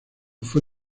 fue